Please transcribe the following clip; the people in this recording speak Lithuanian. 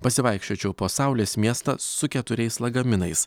pasivaikščiočiau po saulės miestą su keturiais lagaminais